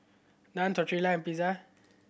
Naan Tortilla and Pizza